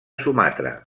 sumatra